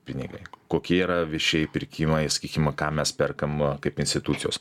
pinigai kokie yra viešieji pirkimai sakykim ką mes perkam kaip institucijos